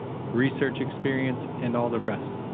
research experience and all the rest,